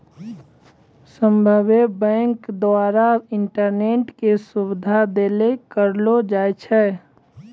सभ्भे बैंको द्वारा इंटरनेट के सुविधा देल करलो जाय छै